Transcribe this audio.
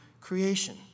creation